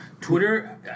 Twitter